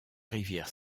rivière